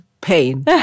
pain